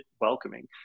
welcoming